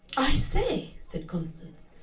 i say! said constance.